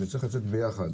זה צריך להיות ביחד.